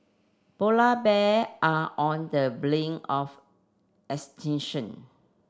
polar bear are on the brink of extinction